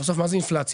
בסוף מה זה אינפלציה?